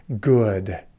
good